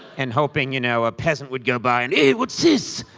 and hoping you know a peasant would go by and, hey, what's this?